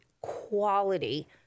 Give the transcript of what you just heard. quality